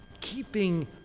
keeping